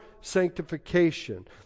sanctification